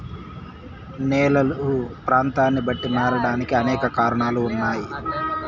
నేలలు ప్రాంతాన్ని బట్టి మారడానికి అనేక కారణాలు ఉన్నాయి